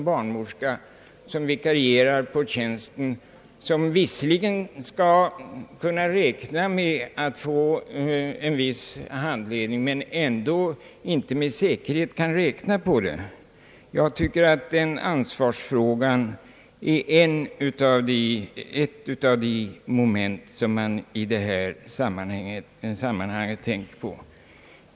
barnmorska vikarierar på tjänsten 'och' som visserligen skall kunna räkna med att få en viss handledning men som ändå inte med säkerhet kan räkna på detta? Jag tycker att denna ansvarsfråga är ett av de moment som det i detta sammanhang inte har ägnats någon tanke åt.